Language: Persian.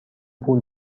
پول